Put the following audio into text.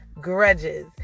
grudges